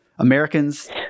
Americans